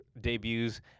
debuts